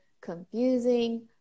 confusing